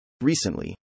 Recently